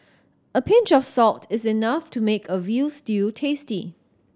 a pinch of salt is enough to make a veal stew tasty